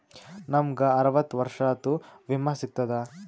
ನಮ್ ಗ ಅರವತ್ತ ವರ್ಷಾತು ವಿಮಾ ಸಿಗ್ತದಾ?